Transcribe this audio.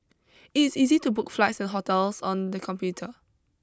it is easy to book flights and hotels on the computer